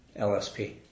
LSP